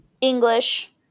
English